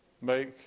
make